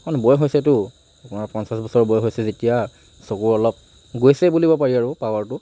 কাৰণ বয়স হৈছেতো আপোনাৰ পঞ্চাছ বছৰ বয়ষ হৈছে যেতিয়া চকুৰ অলপ গৈছে বুলিব পাৰি পাৱাৰটো